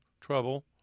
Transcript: trouble